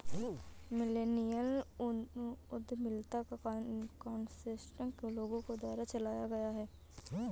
millennial उद्यमिता का concept भी लोगों के द्वारा चलाया गया है